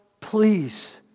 please